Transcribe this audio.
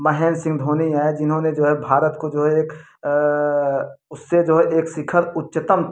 महेंद्र सिंह धोनी है जिन्होंने जो है भारत को जो है एक उससे जो है एक शिखर उच्चतम